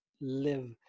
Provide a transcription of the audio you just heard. live